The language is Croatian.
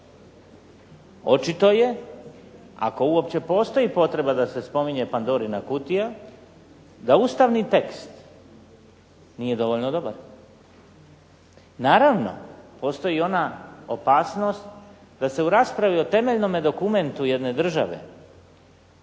Očito je, ako uopće postoji potreba da se spominje Pandorina kutija, da ustavni tekst nije dovoljno …/Govornik se ne razumije./… Naravno, postoji i ona opasnost da se u raspravi o temeljnom dokumentu jedne države